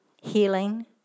healing